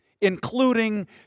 including